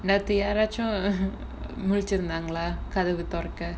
நேத்து யாராச்சும் முழிச்சு இருந்தாங்களா கதவு துறக்க:nethu yaarachum mulichu irunthaangala kathavu thuraka